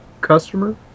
customer